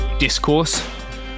Discourse